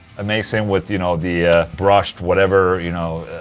amazing with you know, the ah brushed whatever, you know.